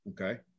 Okay